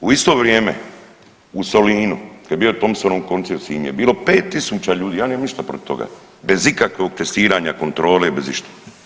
U isto vrijeme u Solinu kad je bio Thompsonov koncert u Sinju bilo 5000 ljudi, ja nemam ništa protiv toga bez ikakvog testiranja, kontrole bez išta.